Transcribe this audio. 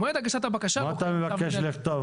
מועד הגשת הבקשה --- מה אתה מבקש לכתוב,